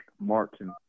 Martin